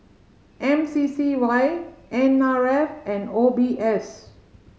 M C C Y N R F and O B S